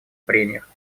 прениях